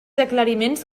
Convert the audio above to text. aclariments